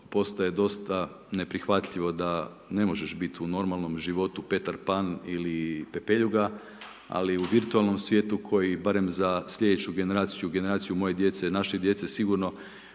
postaje dosta neprihvatljivo da ne možeš biti u normalnom životu Petar Pan ili pepeljuga ali u virtualnom svijetu koji barem za slijedeću generaciju, generaciju moje djece, naše djece postaje